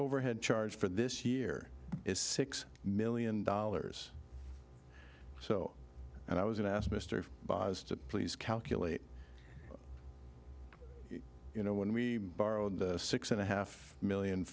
overhead charge for this year is six million dollars so and i was asked mr buys to please calculate you know when we borrowed the six and a half million